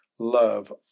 love